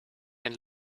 and